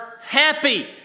happy